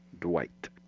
Dwight